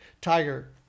Tiger